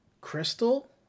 Crystal